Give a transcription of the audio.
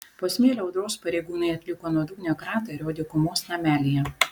po smėlio audros pareigūnai atliko nuodugnią kratą ir jo dykumos namelyje